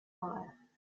fire